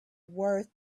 worth